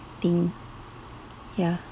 thing ya